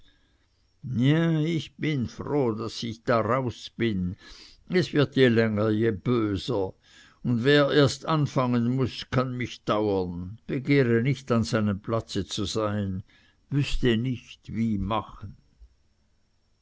ja ich bin froh daß ich daraus bin es wird je länger je böser und wer erst anfangen muß kann mich dauern begehre nicht an seinem platze zu sein wüßte nicht wie machen